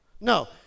No